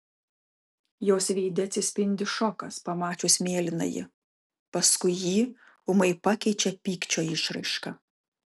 jos veide atsispindi šokas pamačius mėlynąjį paskui jį ūmai pakeičia pykčio išraiška